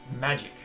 magic